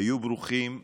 היו ברוכים,